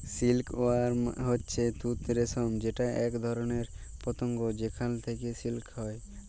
silk worm হচ্যে তুত রেশম যেটা এক ধরণের পতঙ্গ যেখাল থেক্যে সিল্ক হ্যয়